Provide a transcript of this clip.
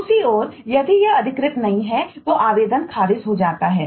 दूसरी ओर यदि यह अधिकृत नहीं है तो आवेदन खारिज हो जाता है